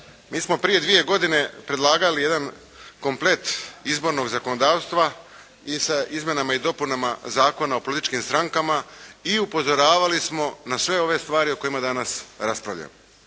Mi smo prije dvije godine predlagali jedan komplet izbornog zakonodavstva i sa izmjenama i dopunama Zakona o političkim strankama i upozoravali smo na sve ove stvari o kojima danas raspravljamo.